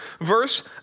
Verse